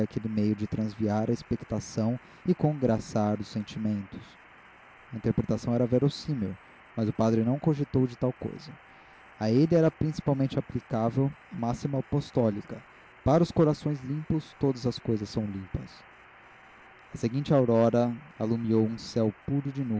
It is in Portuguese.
faltaria meio de